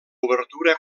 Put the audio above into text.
obertura